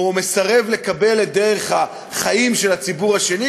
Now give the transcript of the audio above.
או מסרב לקבל את דרך החיים של הציבור השני,